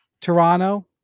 Toronto